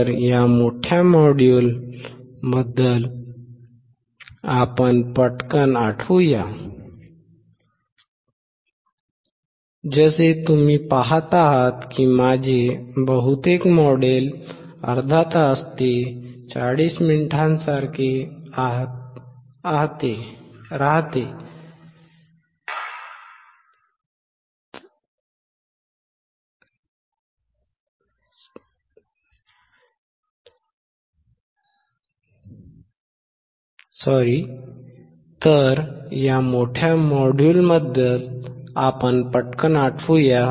तर या मोठ्या मॉड्यूल व्याख्यानबद्दल आपण पटकन आठवू या